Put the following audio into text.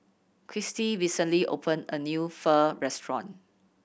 Christy recently opened a new Pho restaurant